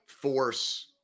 force